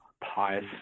pious